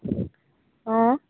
অঁ